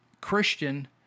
Christian